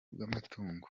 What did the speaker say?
bw’amatungo